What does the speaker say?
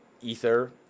ether